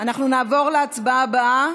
נעבור להצבעה הבאה.